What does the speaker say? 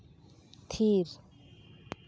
ᱛᱷᱤᱨ